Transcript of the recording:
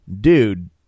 dude